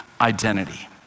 identity